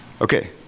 okay